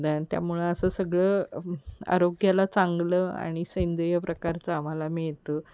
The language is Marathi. द त्यामुळं असं सगळं आरोग्याला चांगलं आणि सैंद्रिय प्रकारचं आम्हाला मिळतं